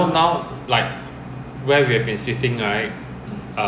my roster for ninth august so I was like